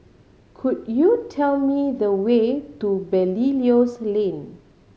could you tell me the way to Belilios Lane